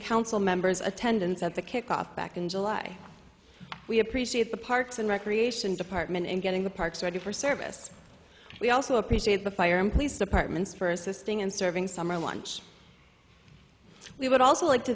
council members attendance at the kickoff back in july we appreciate the parks and recreation department and getting the parks ready for service we also appreciate the fire and police departments for assisting and serving summer lunch we would also like to